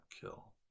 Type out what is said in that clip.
kill